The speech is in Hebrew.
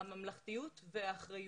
הממלכתיות והאחריות.